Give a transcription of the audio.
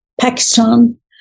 Pakistan